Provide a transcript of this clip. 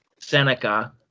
Seneca